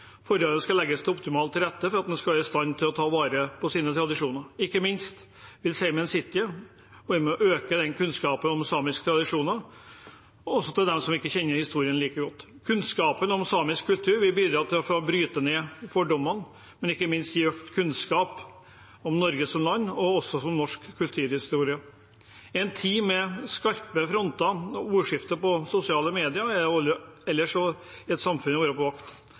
Forholdene skal legges optimalt til rette for at man skal være i stand til å ta vare på sine tradisjoner. Ikke minst vil Saemien Sijte være med og øke kunnskapen om samiske tradisjoner, også hos dem som ikke kjenner historien like godt. Kunnskap om samisk kultur vil i hvert fall bidra til å bryte ned fordommer, og ikke minst gi økt kunnskap om Norge som land og om norsk kulturhistorie. I en tid med skarpe fronter og ordskifte på sosiale medier og ellers i samfunnet må vi være på vakt.